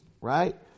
right